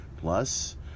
plus